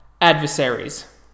adversaries